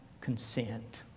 consent